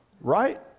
right